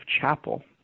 chapel